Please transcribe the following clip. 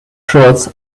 shirts